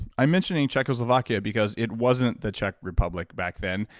i'm mentioning czechoslovakia because it wasn't the czech republic back then,